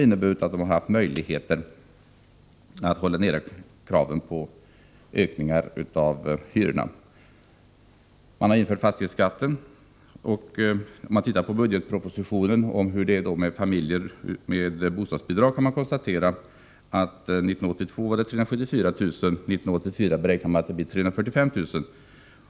Därmed har man haft möjlighet att hålla tillbaka kraven på höjda hyror. Socialdemokraterna har också infört en fastighetsskatt. Om man tittar i budgetpropositionen beträffande antalet familjer med bostadsbidrag, kan man konstatera att det var 374 000 år 1982 och beräknas bli 345 000 år 1984, en klar minskning trots löften om motsatsen.